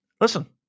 listen